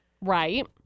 Right